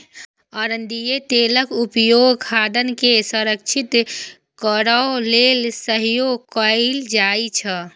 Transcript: अरंडीक तेलक उपयोग खाद्यान्न के संरक्षित करै लेल सेहो कैल जाइ छै